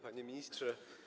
Panie Ministrze!